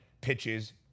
pitches